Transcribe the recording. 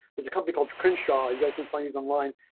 was a company called crenshaw. you guys can find us online.